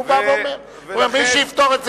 הוא בא ואומר: מי שיפתור את זה,